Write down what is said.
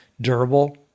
durable